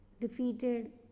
defeated